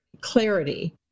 clarity